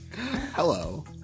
Hello